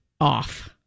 off